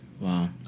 Wow